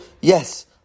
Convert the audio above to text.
Yes